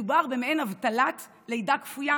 מדובר במעין אבטלת לידה כפויה